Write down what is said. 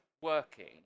working